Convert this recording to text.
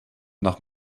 nach